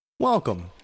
Welcome